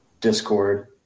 discord